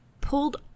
pulled